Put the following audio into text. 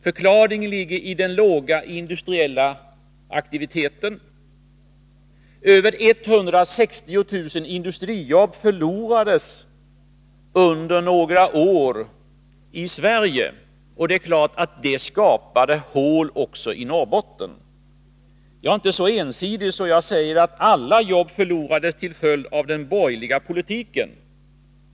Förklaringen ligger i den låga industriella aktiviteten .Över 160 000 industrijobb förlorades på några år i Sverige, och det är klart att detta skapade hål också i Norrbotten. Jag är inte så ensidig att jag säger att alla jobb förlorades på grund av den borgerliga politiken.